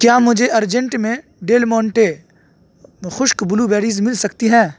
کیا مجھے ارجنٹ میں ڈیل مونٹے خشک بلو بریز مل سکتی ہے